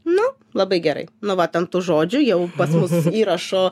nu labai gerai nu vat ant tų žodžių jau pas mus įrašo